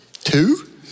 Two